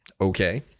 okay